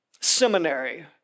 seminary